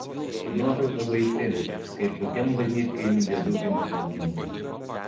nuotrauka baisi kaip kokiam bažnytkaimy diedukai nufotkinti